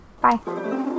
bye